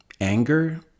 anger